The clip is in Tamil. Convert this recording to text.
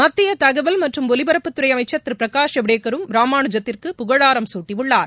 மத்திய தகவல் மற்றும் ஒலிபரப்புத்துறை அளமச்சா் திரு பிரகாஷ் ஜவடேக்கரும் ராமானுஜத்திற்கு புகழாரம் சூட்டியுள்ளார்